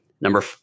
Number